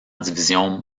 division